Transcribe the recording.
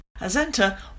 Azenta